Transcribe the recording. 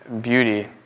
beauty